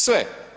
Sve.